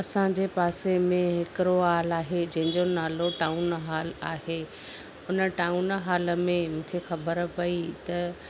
असां जे पासे में हिकिड़ो हाल आहे जंहिं जो नालो टाउन हाल आहे उन टाउन हाल में मूंखे ख़बर पई त